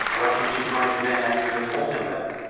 why can't you join me then after you have told him that?